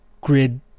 grid